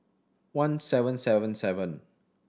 one seven seven seven